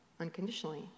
unconditionally